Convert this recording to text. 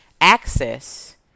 access